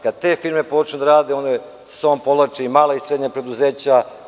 Kada te firme počnu da rade one sa sobom povlače i mala i srednja preduzeća.